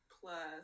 plus